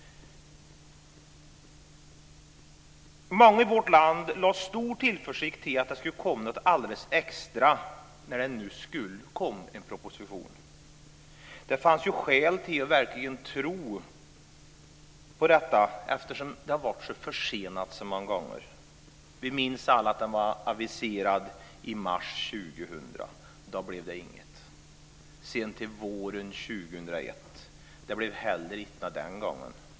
Många i vårt land hade stor tillförsikt till att det skulle komma något alldeles extra när det nu skulle komma en proposition. Det fanns ju skäl att verkligen tro på detta eftersom den blev så försenad så många gånger. Vi minns alla att den var aviserad till mars 2000. Då blev det inget. Sedan aviserades den till våren 2001. Det blev heller inget den gången.